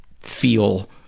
feel